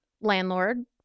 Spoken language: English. landlord